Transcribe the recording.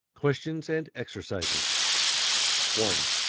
questions and exercises one.